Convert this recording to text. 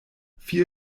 vier